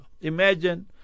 Imagine